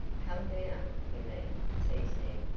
come down, you mean, teased ned,